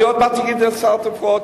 עוד מעט אגיד על סל התרופות,